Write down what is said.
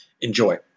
Enjoy